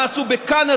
מה עשו בקנדה,